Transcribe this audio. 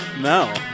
No